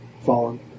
fallen